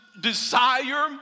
desire